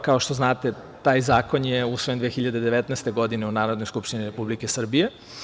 Kao što znate, taj zakon je usvojen 2019. godine u Narodnoj skupštini Republike Srbije.